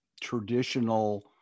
traditional